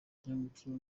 ikinyabupfura